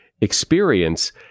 experience